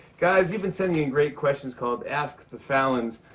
guys, you've been sending in great questions called askthefallons,